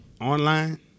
Online